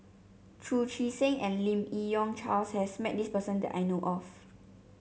Chu Chee Seng and Lim Yi Yong Charles has met this person that I know of